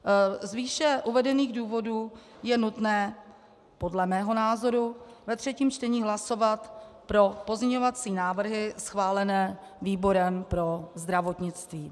Z výše uvedených důvodů je nutné podle mého názoru ve třetím čtení hlasovat pro pozměňovací návrhy schválené výborem pro zdravotnictví.